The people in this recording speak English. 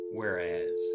whereas